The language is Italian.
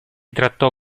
trattò